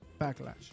Backlash